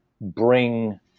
bring